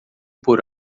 por